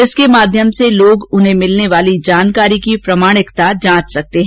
इसके माध्यम से लोग उन्हें मिलने वाली जानकारी की प्रमाणिकता जांच सकते हैं